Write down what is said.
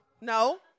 no